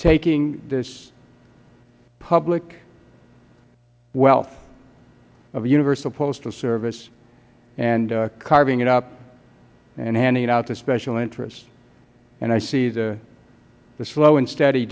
taking this public wealth of universal postal service and carving it up and handing it out to special interest and i see the slow and steady